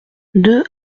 deux